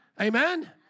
Amen